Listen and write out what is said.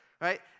right